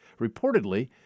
Reportedly